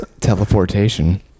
teleportation